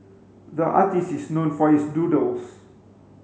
the artist is known for his doodles